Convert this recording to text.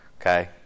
okay